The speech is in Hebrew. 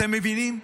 אתם מבינים?